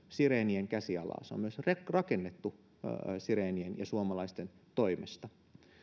sirenien käsialaa myös se on rakennettu sirenien ja suomalaisten toimesta